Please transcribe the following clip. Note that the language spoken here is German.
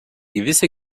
gewisse